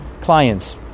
clients